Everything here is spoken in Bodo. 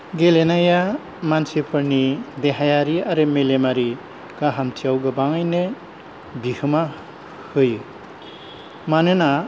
गेलेनाया मानसिफोरनि देहायारि आरो मेलेमारि गाहामथियाव गोबाङैनो बिहोमा होयो मानोना